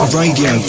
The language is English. radio